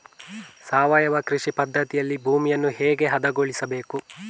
ಸಾವಯವ ಕೃಷಿ ಪದ್ಧತಿಯಲ್ಲಿ ಭೂಮಿಯನ್ನು ಹೇಗೆ ಹದಗೊಳಿಸಬೇಕು?